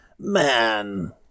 Man